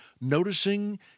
noticing